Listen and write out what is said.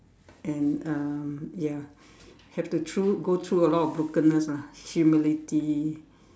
and um ya have to through go through a lot of brokenness lah humility